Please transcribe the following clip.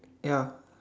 ya